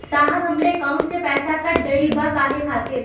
साहब हमरे एकाउंट से पैसाकट गईल बा काहे खातिर?